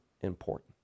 important